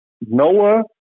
Noah